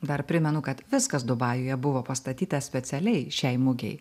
dar primenu kad viskas dubajuje buvo pastatyta specialiai šiai mugei